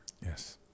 yes